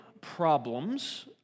problems